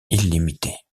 illimitée